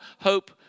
hope